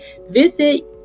visit